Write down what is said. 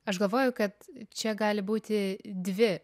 aš galvoju kad čia gali būti dvi